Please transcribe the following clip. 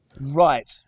Right